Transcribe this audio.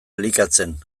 elikatzen